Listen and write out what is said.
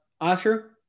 Oscar